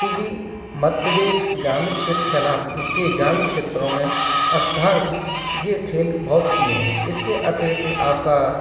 चूँकि मध्य प्रदेश ग्रामीण क्षेत्र कहलात के ग्रामीण क्षेत्रों में अधिकांश यह खेल बहुत प्रिय है इसके अतिरिक्त आपका